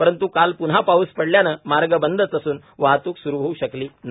परंतु काल पुन्हा पाऊस पडल्याने मार्ग बंदच असून वाहतूक स्रु होऊ शकली नाही